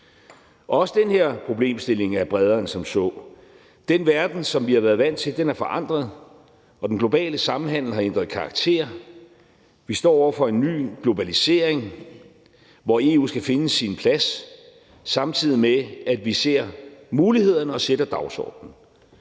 Også den her problemstilling er bredere end som så. Den verden, som vi har været vant til, er forandret, og den globale samhandel har ændret karakter. Vi står over for en ny globalisering, hvor EU skal finde sin plads, samtidig med at vi ser mulighederne og sætter dagsordenen.